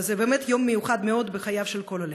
אבל זה באמת יום מיוחד מאוד בחייו של כל עולה.